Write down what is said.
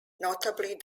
notably